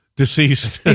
deceased